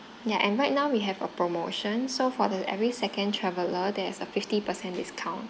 ya and right now we have a promotion so for the every second traveller there is a fifty percent discount